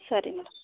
ಸರಿ ಮೇಡಂ